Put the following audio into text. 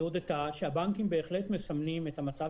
היא הודתה שהבנקים בהחלט מסמנים את המצב